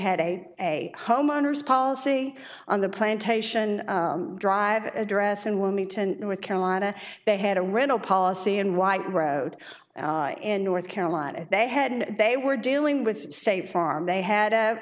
had a a homeowner's policy on the plantation drive address in wilmington north carolina they had a rental policy in white road in north carolina they had and they were dealing with state farm they had u